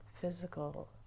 physical